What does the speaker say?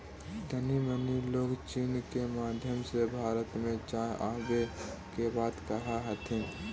तानी मनी लोग चीन के माध्यम से भारत में चाय आबे के बात कह हथिन